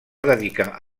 dedicar